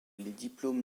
diplômes